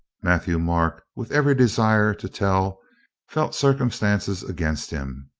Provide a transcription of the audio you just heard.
matthieu-marc with every desire to tell felt circumstances against him.